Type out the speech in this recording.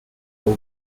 all